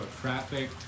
traffic